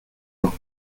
los